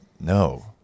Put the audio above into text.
No